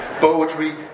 Poetry